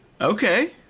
Okay